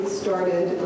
started